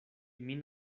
min